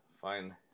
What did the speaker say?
fine